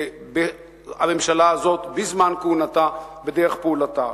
הממשלה הזאת, בזמן כהונתה, בדרך פעולתה.